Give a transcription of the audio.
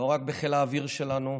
לא רק בחיל האוויר שלנו,